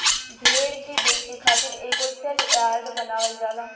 भेड़ के बेचे खातिर एगो सेल यार्ड बनावल जाला